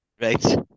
Right